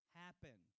happen